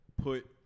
put